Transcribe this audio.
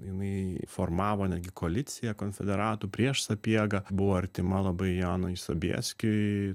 jinai formavo negi koaliciją konfederatų prieš sapiegą buvo artima labai jonui sobieskiui